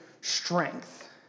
strength